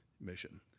mission